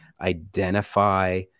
identify